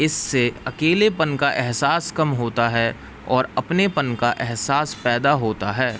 اس سے اکیلے پن کا احساس کم ہوتا ہے اور اپنے پن کا احساس پیدا ہوتا ہے